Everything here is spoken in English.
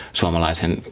suomalaisen